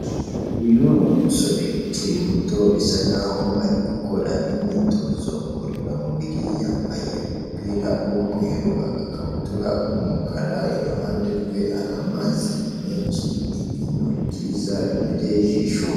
Uyu ni umusore ukiri muto bisa nkaho arigukora imyitozo ngororamubiri, yambaye umupira w'umweru agakabutura k'umukara. Iruhande rwe hari amazi menshi. Ni ibintu byiza binogeye ijisho.